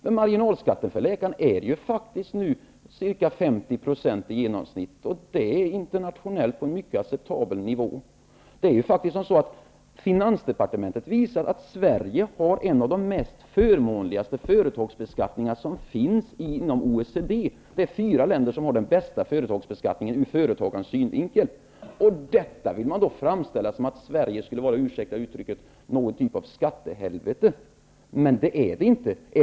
Men marginalskatten för läkarna är ju nu 50 % i genomsnitt. Det är internationellt sett på en acceptabel nivå. Finansdepartementet har visat att Sverige har en av de mest förmånligaste företagsbeskattningarna som finns inom OECD. Det är fyra länder som har den ur företagarens synvinkel bästa företagsbeskattningen. Man vill framställa det som att Sverige skulle vara -- ursäkta uttrycket -- någon typ av skattehelvete. Men så är det inte.